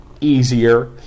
easier